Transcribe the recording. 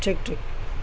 ٹھیک ٹھیک